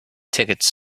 tickets